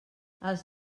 els